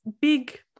big